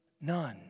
none